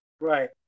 Right